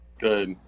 Good